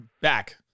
Back